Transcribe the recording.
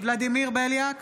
ולדימיר בליאק,